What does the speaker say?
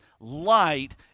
light